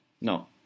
no